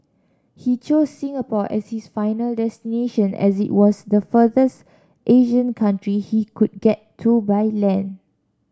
he chose Singapore as his final destination as it was the furthest Asian country he could get to by land